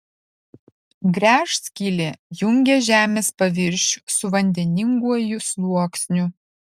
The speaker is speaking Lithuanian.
gręžskylė jungia žemės paviršių su vandeninguoju sluoksniu